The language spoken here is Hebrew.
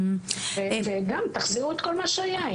גם תחזירו את כל מה שהיה.